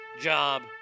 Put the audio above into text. job